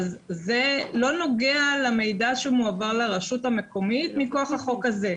זה לא נוגע למידע שמועבר לרשות המקומית מכוח החוק הזה.